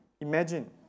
Imagine